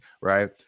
right